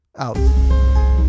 out